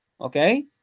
Okay